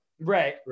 Right